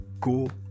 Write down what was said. go